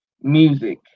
music